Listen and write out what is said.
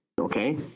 Okay